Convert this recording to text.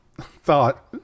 thought